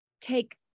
take